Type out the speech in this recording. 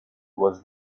was